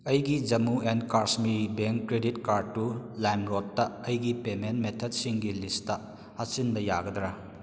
ꯑꯩꯒꯤ Jammu and Kashmir bank credit ꯀꯥꯔꯠꯇꯨ ꯂꯥꯏꯝ ꯔꯣꯗꯇ ꯑꯩꯒꯤ ꯄꯦꯃꯦꯟ ꯃꯦꯊꯠꯁꯤꯡꯒꯤ ꯂꯤꯁꯇ ꯍꯥꯞꯆꯤꯟꯕ ꯌꯥꯒꯗ꯭ꯔꯥ